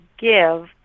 give